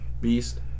beast